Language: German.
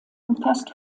umfasst